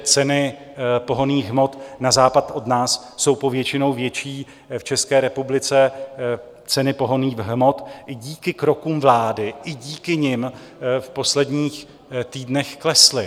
Ceny pohonných hmot na západ od nás jsou povětšinou větší, v České republice ceny pohonných hmot i díky krokům vlády, i díky nim, v posledních týdnech klesly.